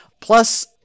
plus